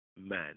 Man